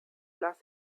las